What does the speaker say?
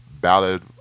Ballad